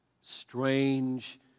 strange